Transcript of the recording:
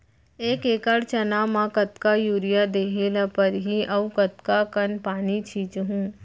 एक एकड़ चना म कतका यूरिया देहे ल परहि अऊ कतका कन पानी छींचहुं?